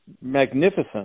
magnificent